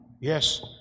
Yes